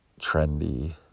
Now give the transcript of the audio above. trendy